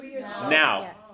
now